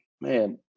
Man